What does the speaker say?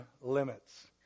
limits